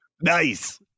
Nice